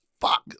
fuck